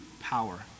power